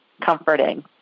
comforting